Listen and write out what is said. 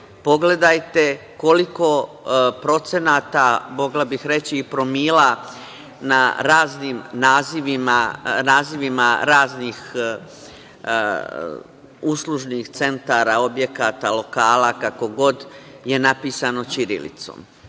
pogledajte koliko procenata, mogla bih reći promila, na raznim nazivima raznih uslužnih centara, objekata, lokala kako god je napisano ćirilicom.